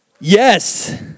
Yes